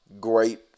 great